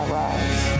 rise